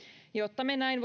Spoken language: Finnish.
jotta me näin